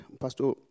Pastor